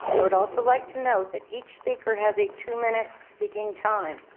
i would also like to note that each speaker has a two-minute speaking time.